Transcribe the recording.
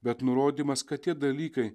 bet nurodymas kad tie dalykai